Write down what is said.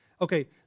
Okay